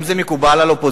האם זה מקובל על האופוזיציה